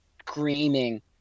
screaming